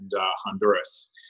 Honduras